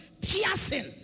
Piercing